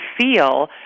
feel